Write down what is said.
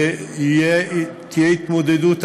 ותהיה התמודדות אמיתית,